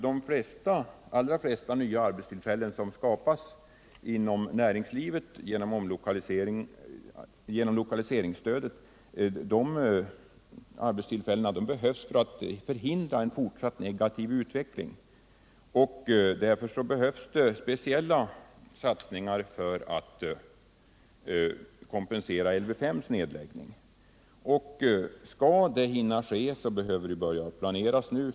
De allra flesta nya arbetstillfällen som skapas inom näringslivet genom lokaliseringsstödet behövs för att förhindra en fortsatt negativ utveckling, och därför erfordras speciella satsningar för att att kompensera Lv 5:s nedläggning. Skall det hinna ske behöver det börja planeras nu.